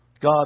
God